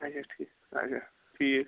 اچھا ٹھیٖک اچھا ٹھیٖک